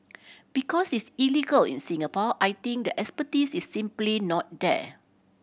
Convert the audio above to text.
because it's illegal in Singapore I think the expertise is simply not there